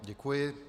Děkuji.